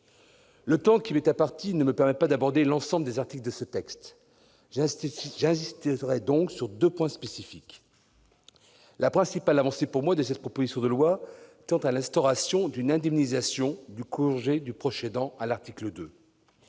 Le temps qui m'est imparti ne me permet pas d'aborder l'ensemble des articles de ce texte ; j'insisterai donc sur deux points spécifiques. Tout d'abord, la principale avancée de cette proposition de loi réside selon moi dans l'instauration d'une indemnisation du congé de proche aidant, à l'article 2.